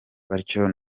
batyo